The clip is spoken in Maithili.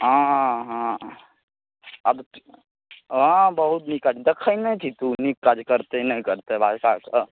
हँ हँ अब हँ बहुत नीक काज देखै नहि छी तू नीक काज करतै नहि करतै भाजपा ईसब